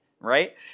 right